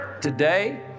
today